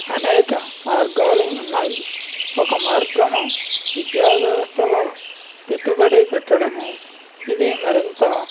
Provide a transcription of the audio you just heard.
అనేక మార్గాలు ఉన్నాయి ఒక మార్గము విద్య వ్యవస్థలో పెట్టుబడి పెట్టడము ఇది మరింత